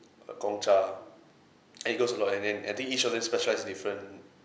uh gongcha and it goes a lot and and I think each of them specialise different